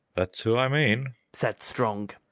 that's who i mean, said strong.